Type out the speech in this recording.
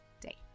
day